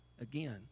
Again